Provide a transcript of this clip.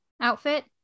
outfit